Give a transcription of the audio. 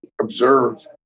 observe